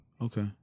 Okay